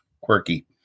quirky